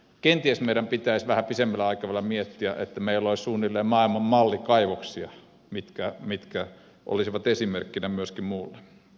kenties meidän pitäisi vähän pitemmällä aikavälillä miettiä että meillä olisi suunnilleen maailman mallikaivoksia mitkä olisivat esimerkkinä myöskin muille